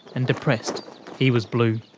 and depressed he was blue.